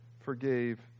forgave